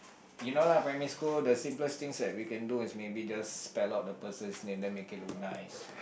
you know lah primary school the simplest things that we can do is maybe just spell out the person's name then make it look nice